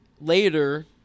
later